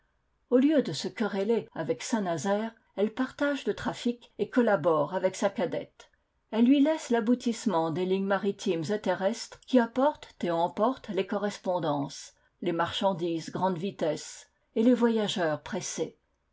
au lieu de se quereller avec saint-nazaire elle partage le trafic et collabore avec sa cadette elle lui laisse l'aboutissement des lignes maritimes et terrestres qui apportent et emportent les correspondances les marchandises grande vitesse et les voyageurs pressés